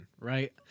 right